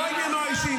לא עניינו האישי,